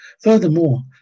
Furthermore